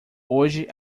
hoje